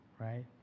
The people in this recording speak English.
right